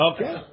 Okay